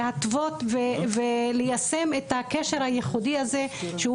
להתוות וליישם את הקשר הייחודי הזה שהוא